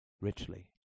richly